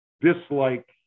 dislike